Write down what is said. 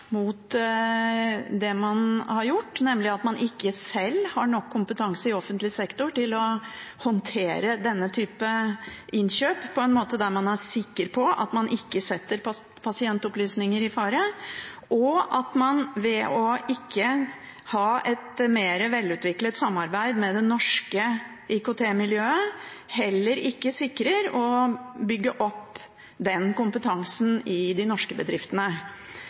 mot det man har gjort, nemlig ved at man ikke har nok kompetanse i offentlig sektor til å håndtere denne typen innkjøp på en måte der man er sikker på at man ikke setter pasientopplysninger i fare, og at man ved ikke å ha et mer velutviklet samarbeid med det norske IKT-miljøet heller ikke sikrer å bygge opp den kompetansen i de norske bedriftene.